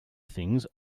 things